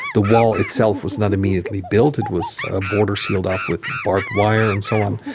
the wall itself was not immediately built it was a border sealed off with barbed wire and so on.